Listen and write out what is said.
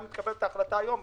גם אם מתקבלת ההחלטה היום,